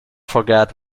forget